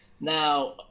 Now